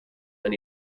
and